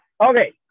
Okay